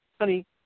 Honey